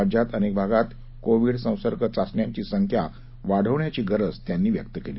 राज्यात अनेक भागात कोविड संसर्ग चाचण्यांची संख्या वाढवण्याची गरज त्यांनी व्यक्त केली